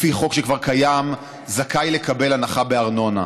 לפי חוק שכבר קיים, זכאי לקבל הנחה בארנונה.